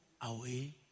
away